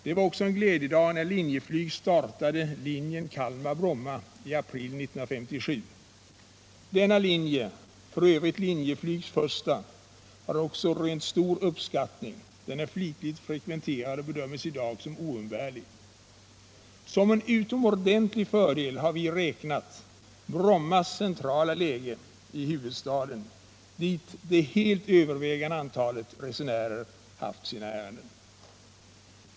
Det var en glädjedag när Linjeflyg startade linjen Kalmar-Bromma i april 1957. Denna linje, som f. ö. är Linjeflygs första, har rönt stor uppskattning och är livligt frekventerad. Den bedöms i dag som oumbärlig. Som en utomordentligt stor fördel har vi räknat Brommas centrala läge i huvudstaden, dit det övervägande antalet resenärer haft sina ärenden.